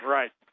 right